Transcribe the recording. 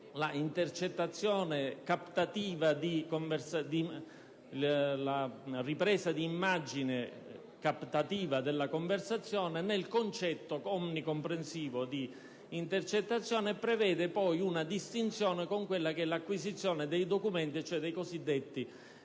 la ripresa di immagine captativa della conversazione, nel concetto omnicomprensivo di intercettazione, e si prevede poi una distinzione con l'acquisizione della documentazione, e cioè dei cosiddetti tabulati.